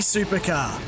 Supercar